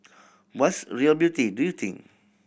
what's real beauty do you think